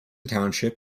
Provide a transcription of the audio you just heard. township